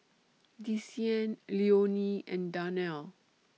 Desean Leonie and Darnell